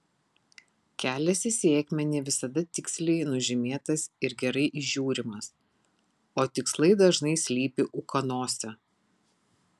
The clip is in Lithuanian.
kelias į sėkmę ne visada tiksliai nužymėtas ir gerai įžiūrimas o tikslai dažnai slypi ūkanose